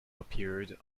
appeared